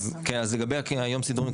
לגבי היום סידורים,